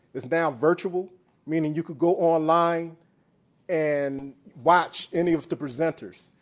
it's now virtual meaning you could go online and watch any of the presenters.